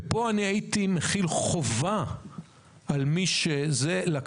הייתי מחיל חובה על מי שמסיע אנשים,